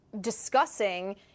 discussing